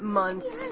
months